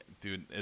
Dude